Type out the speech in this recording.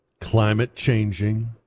climate-changing